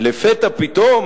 "לפתע פתאום,